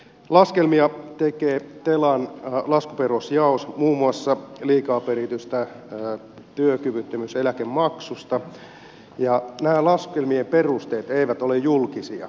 laskelmia tekee telan laskuperustejaos muun muassa liikaa peritystä työkyvyttömyyseläkemaksusta ja näiden laskelmien perusteet eivät ole julkisia